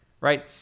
right